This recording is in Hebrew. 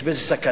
יש בזה סכנה.